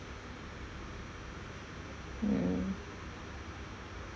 mm